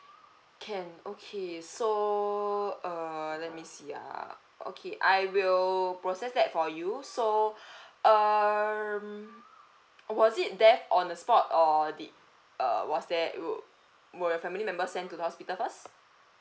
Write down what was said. can okay so uh let me see ah okay I will process that for you so um was it death on the spot or did uh was there would were your family members sent to the hospital first